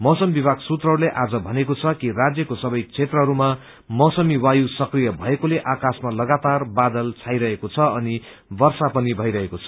मौसम विभाग सूत्रहरूले आज भनेको छ कि राज्यको सबै क्षेत्रहरूमा मौसमी वायु सक्रिय भएकोले आकाशमा लगातार बादल छाएको छ अनि वर्षा पनि भइरहेको छ